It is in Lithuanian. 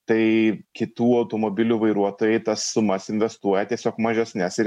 tai kitų automobilių vairuotojai tas sumas investuoja tiesiog mažesnes ir